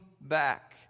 back